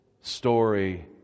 story